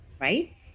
right